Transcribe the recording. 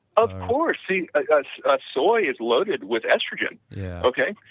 of course. see like ah ah soy is loaded with estrogen yeah okay?